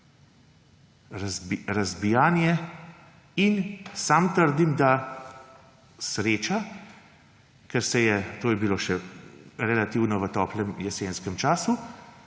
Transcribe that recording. Razbijanje in sam trdim, da sreča, ker to je bilo še relativno v toplem jesenskem času,